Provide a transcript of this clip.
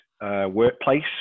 workplace